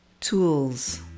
tools